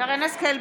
מיכל וולדיגר,